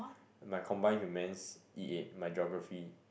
my combined humans E eight my geography